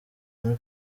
muri